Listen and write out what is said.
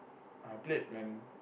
I played when